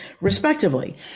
respectively